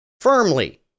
Firmly